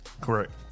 Correct